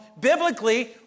biblically